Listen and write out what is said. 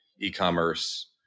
e-commerce